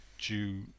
due